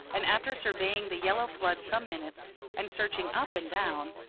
and after surveying the yellow flood some minutes and searching up and down,